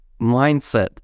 mindset